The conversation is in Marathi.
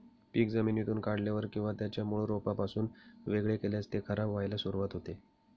पीक जमिनीतून काढल्यावर किंवा त्याच्या मूळ रोपापासून वेगळे केल्यास ते खराब व्हायला सुरुवात होते